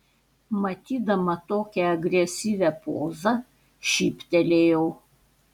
matydama tokią agresyvią pozą šyptelėjau